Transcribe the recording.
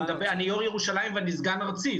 אני יו"ר ירושלים ואני סגן ארצי,